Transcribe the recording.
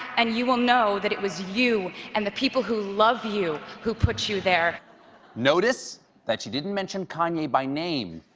and you will know that it was you and the people who love you who put you there. stephen notice that she didn't mention kanye by name